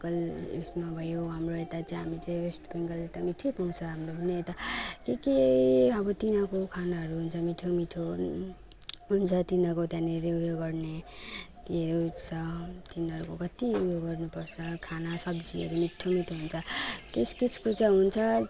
उयसमा भयो हाम्रो यता चाहिँ हामी चाहिँ वेस्ट बेङ्गल त मिठो पाउँछ हाम्रो पनि यता के के अब तिनीहरूको खानाहरू हुन्छ मिठो मिठो हुन्छ तिनीहरूको त्यहाँनेरि उयो गर्नेहरू उयस तिनीहरूको कति उयो गर्नु पर्छ खाना सब्जीहरू मिठो मिठो हुन्छ के केको चाहिँ हुन्छ